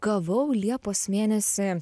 gavau liepos mėnesį